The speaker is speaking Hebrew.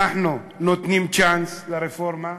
אנחנו נותנים צ'אנס לרפורמה.